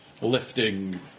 lifting